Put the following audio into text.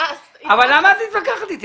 למה את מתווכחת אתי?